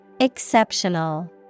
Exceptional